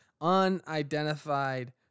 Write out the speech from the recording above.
unidentified